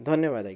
ଧନ୍ୟବାଦ ଆଜ୍ଞା